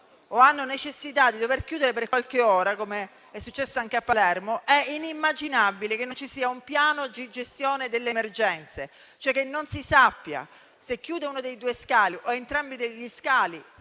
o hanno necessità di chiudere per qualche ora, com'è successo anche a Palermo, è inimmaginabile che non ci sia un piano di gestione delle emergenze, cioè che non si sappia, in caso di chiusura di uno dei due scali